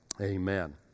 Amen